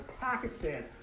Pakistan